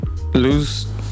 lose